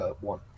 one